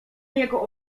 jego